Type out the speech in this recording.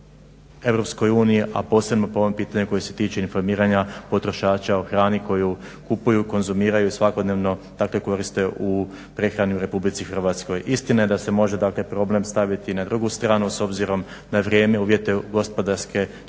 u EU, a posebno po ovom pitanju koje se tiče informiranja potrošača o hrani koju kupuju, konzumiraju svakodnevno, dakle koriste u prehrani u RH. Istina je da se može dakle problem staviti na drugu stranu s obzirom na vrijeme, uvjete gospodarske, kriza